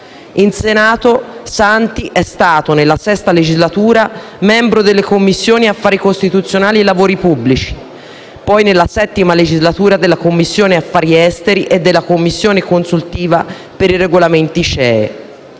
In Senato, Santi è stato nella VI legislatura membro delle Commissioni affari costituzionali e lavori pubblici, poi nella VII legislatura della Commissione affari esteri e della Commissione consultiva per i regolamenti CEE.